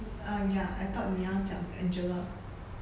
um ya I thought 你要讲 angela